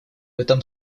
этом